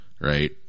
right